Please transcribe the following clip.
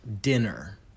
dinner